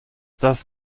das